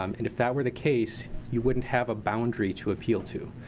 um and if that were the case, you wouldn't have a boundary to appeal to.